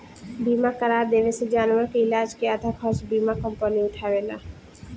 बीमा करा देवे से जानवर के इलाज के आधा खर्चा बीमा कंपनी उठावेला